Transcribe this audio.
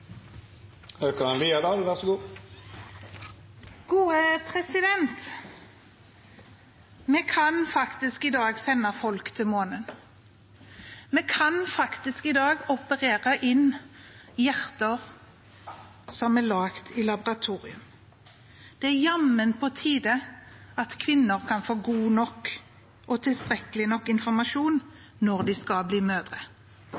kan i dag sende folk til månen. Vi kan i dag operere inn hjerter som er laget i laboratorium. Det er jammen på tide at kvinner kan få god nok og tilstrekkelig informasjon når de skal bli mødre.